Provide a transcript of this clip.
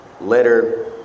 letter